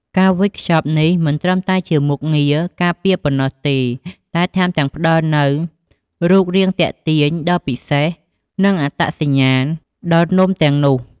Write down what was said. ការវេចខ្ចប់នេះមិនត្រឹមតែជាមុខងារការពារប៉ុណ្ណោះទេ តែថែមទាំងផ្តល់នូវ រូបរាងទាក់ទាញ ដ៏ពិសេស និងអត្តសញ្ញាណដល់នំទាំងនោះ។